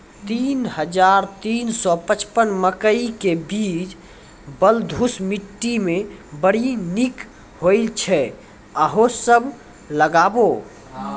तीन हज़ार तीन सौ पचपन मकई के बीज बलधुस मिट्टी मे बड़ी निक होई छै अहाँ सब लगाबु?